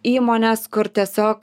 įmones kur tiesiog